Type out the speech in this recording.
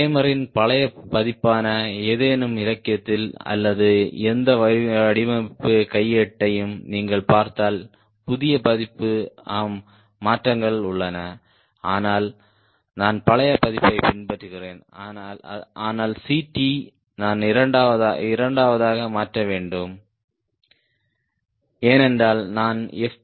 ரேமரின் பழைய பதிப்பான ஏதேனும் இலக்கியத்தில் அல்லது எந்த வடிவமைப்பு கையேட்டையும் நீங்கள் பார்த்தால் புதிய பதிப்பு ஆம் மாற்றங்கள் உள்ளன ஆனால் நான் பழைய பதிப்பைப் பின்பற்றுகிறேன் ஆனால் Ct நான் இரண்டாவதாக மாற்ற வேண்டும் ஏனென்றால் நான் எஃப்